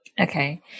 Okay